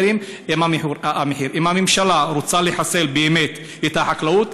אם הממשלה רוצה לחסל באמת את החקלאות,